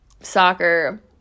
soccer